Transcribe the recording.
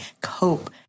cope